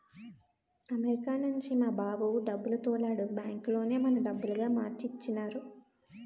America నుంచి మా బాబు డబ్బులు తోలాడు బ్యాంకులోనే మన డబ్బులుగా మార్చి ఇచ్చినారు